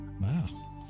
Wow